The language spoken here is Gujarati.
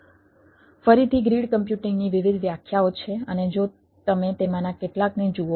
ફરીથી ગ્રીડ કમ્પ્યુટિંગની વિવિધ વ્યાખ્યાઓ છે અને જો તમે તેમાંના કેટલાકને જુઓ